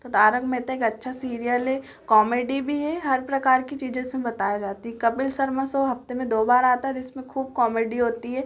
तो तारक मेहता एक अच्छा सीरियल हे कॉमेडी भी है हर प्रकार की चीज़ें उसमें बताई जाती है कपिल सर्मा सो हफ़्ते में दो बार आता है जिसमें खूब कॉमेडी होती है